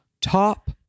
Top